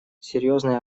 серьезное